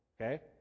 okay